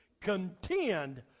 contend